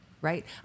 right